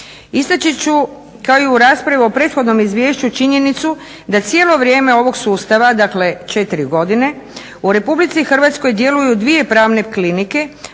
Istaći ću kao i u raspravi o prethodnom izvješću činjenicu da cijelo vrijeme ovog sustava, dakle 4 godine, u RH djeluju dvije pravne klinike